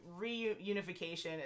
reunification